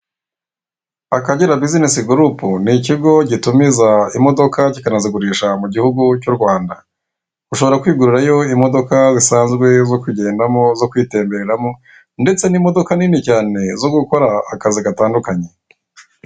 Akagera bizinesi gurupu ni ikigo gitumiza imodoka kikanazigurisha mu gihugu cy'u Rwanda ushobora kwigurirarayo imodoka zisanzwe zo kugendamo zo kwitembereramo ndetse nimodoka nini cyane zo gukora akazi gatandukanye.